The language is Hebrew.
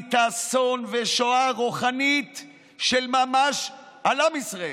להמיט אסון ושואה רוחנית של ממש על עם ישראל.